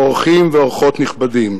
אורחים ואורחות נכבדים,